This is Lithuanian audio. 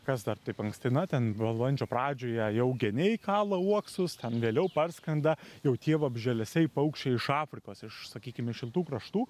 kas dar taip anksti na ten balandžio pradžioje jau geniai kala uoksus ten vėliau parskrenda jau tie vabzdžialesiai paukščiai iš afrikos iš sakykim iš šiltų kraštų